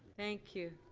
thank you.